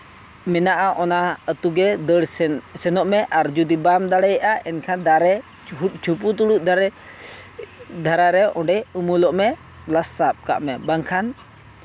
ᱢᱮᱱᱟᱜᱼᱟ ᱚᱱᱟ ᱟᱹᱛᱩ ᱜᱮ ᱫᱟᱹᱲ ᱥᱮᱱ ᱥᱮᱱᱚᱜ ᱢᱮ ᱟᱨ ᱡᱩᱫᱤ ᱵᱟᱢ ᱫᱟᱲᱮᱭᱟᱜᱼᱟ ᱮᱱᱠᱷᱟᱱ ᱫᱟᱨᱮ ᱡᱷᱩᱯᱩᱛᱩᱲᱩᱜ ᱫᱟᱨᱮ ᱫᱷᱟᱨᱮ ᱨᱮ ᱚᱸᱰᱮ ᱩᱢᱩᱞᱚᱜ ᱢᱮ ᱯᱞᱟᱥ ᱥᱟᱵᱽ ᱠᱟᱜ ᱢᱮ ᱵᱟᱝᱠᱷᱟᱱ